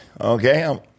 Okay